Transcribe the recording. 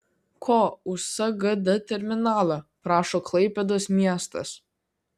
ko už sgd terminalą prašo klaipėdos miestas